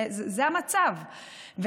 זה המצב,